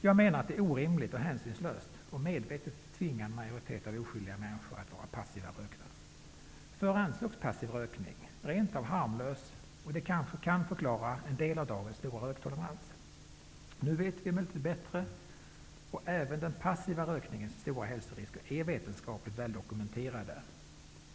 Jag menar att det är orimligt och hänsynslöst att medvetet tvinga en majoritet av oskyldiga människor att vara passiva rökare. Förr ansågs passiv rökning rent av vara harmlös, och det är kanske delvis en förklaring till den stora röktoleransen i dag. Nu vet vi emellertid bättre. Även den passiva rökningens stora hälsorisker är vetenskapligt väldokumenterade.